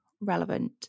relevant